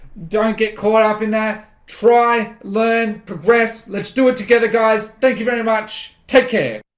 don't get caught up in that try learn progress let's do it together guys. thank you very much. take care